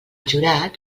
jurat